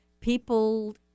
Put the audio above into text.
people